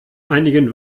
einigen